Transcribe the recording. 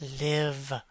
live